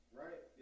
right